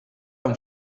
amb